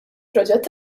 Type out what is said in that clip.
proġett